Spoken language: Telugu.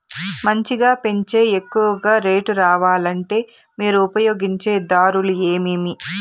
మంచిగా పెంచే ఎక్కువగా రేటు రావాలంటే మీరు ఉపయోగించే దారులు ఎమిమీ?